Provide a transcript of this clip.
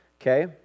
okay